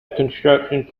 construction